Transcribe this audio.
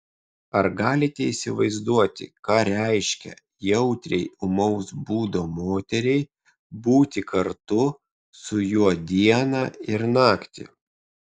ar galite įsivaizduoti ką reiškia jautriai ūmaus būdo moteriai būti kartu su juo dieną ir naktį